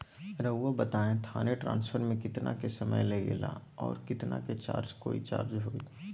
रहुआ बताएं थाने ट्रांसफर में कितना के समय लेगेला और कितना के चार्ज कोई चार्ज होई?